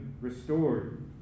restored